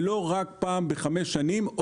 ולא רק פעם בחמש שנים,